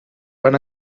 van